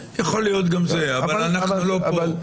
יכול להיות גם זה, אבל אנחנו לא פה.